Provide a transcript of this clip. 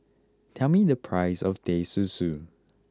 tell me the price of Teh Susu